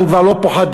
הם כבר לא פוחדים.